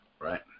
right